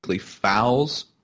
fouls